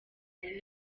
ari